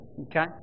okay